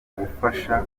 kugufasha